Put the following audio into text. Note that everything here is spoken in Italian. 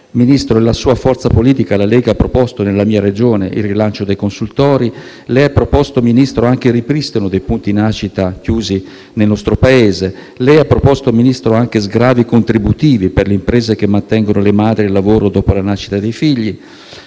Ministro, la sua forza politica, la Lega, ha proposto nella mia Regione il rilancio dei consultori e lei ha proposto anche il ripristino dei punti nascita chiusi nel nostro Paese e sgravi contributivi per le imprese che mantengono le madri al lavoro dopo la nascita dei figli.